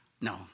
No